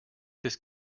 this